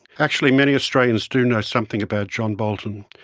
actually, many australians do know something about john bolton,